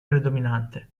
predominante